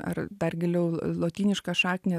ar dar giliau lotynišką šaknį